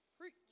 Preach